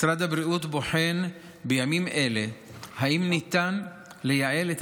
משרד הבריאות בוחן בימים אלה אם ניתן לייעל את